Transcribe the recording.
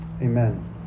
amen